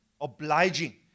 obliging